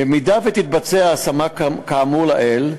במידה שתתבצע ההשמה כאמור לעיל,